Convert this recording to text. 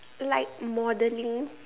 like modelling